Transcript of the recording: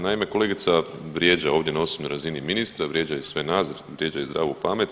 Naime, kolegica vrijeđa ovdje na osobnoj razini ministra, vrijeđa i sve nas, vrijeđa i zdravu pamet.